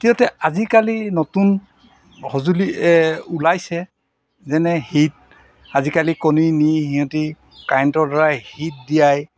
তৃতীয়তে আজিকালি নতুন সঁজুলি ওলাইছে যেনে হিট আজিকালি কণী নি সিহঁতি কাৰেণ্টৰদ্বাৰাই হিট দিয়াই